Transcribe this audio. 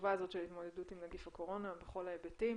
החשובה הזאת של התמודדות עם נגיף הקורונה בכל ההיבטים.